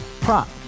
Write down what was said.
Prop